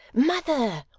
mother!